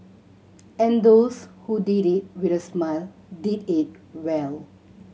and those who did it with a smile did it well